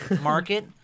market